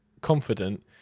confident